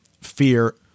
fear